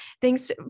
Thanks